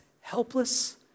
helpless